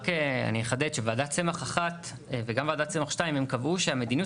רק אני אחדד שוועדת צמח 1 וגם ועדת צמח 2 הן קבעו שהמדיניות